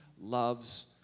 loves